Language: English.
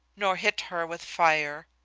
nor hit her with fire.